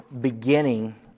beginning